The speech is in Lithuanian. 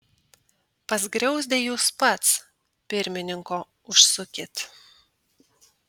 pas griauzdę jūs pats pirmininko užsukit